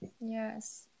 Yes